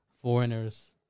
foreigners